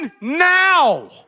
now